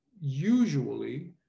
usually